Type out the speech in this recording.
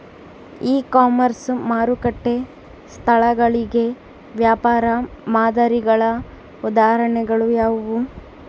E commerce ಮಾರುಕಟ್ಟೆ ಸ್ಥಳಗಳಿಗೆ ವ್ಯಾಪಾರ ಮಾದರಿಗಳ ಉದಾಹರಣೆಗಳು ಯಾವುವು?